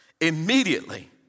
Immediately